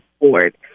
board